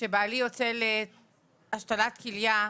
כשבעלי יוצא להשתלת כליה,